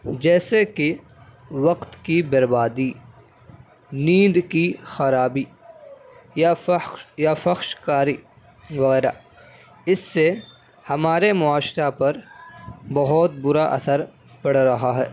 جیسے کہ وقت کی بربادی نیند کی خرابی یا فحش یا فحش کاری وغیرہ اس سے ہمارے معاشرہ پر بہت برا اثر پڑ رہا ہے